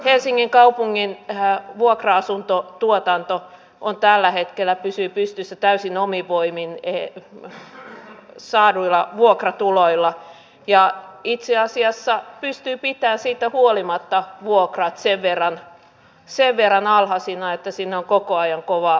helsingin kaupungin vuokra asuntotuotanto tällä hetkellä pysyy pystyssä täysin omin voimin saaduilla vuokratuloilla ja itse asiassa pystyy pitämään siitä huolimatta vuokrat sen verran alhaisina että sinne on koko ajan kova tunku